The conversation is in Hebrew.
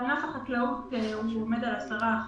בענף החקלאות הוא עומד על 10%,